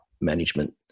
management